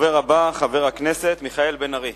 הדובר הבא, חבר הכנסת מיכאל בן-ארי.